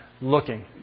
looking